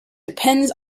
depends